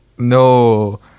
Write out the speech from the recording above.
No